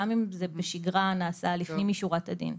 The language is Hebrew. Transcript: גם אם זה בשגרה נעשה לפנים משורת הדין.